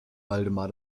waldemar